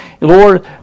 Lord